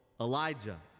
Elijah